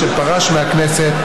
שפרש מהכנסת,